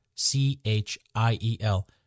C-H-I-E-L